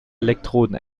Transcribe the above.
elektroden